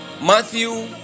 Matthew